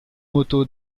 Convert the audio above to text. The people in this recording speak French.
moto